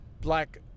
black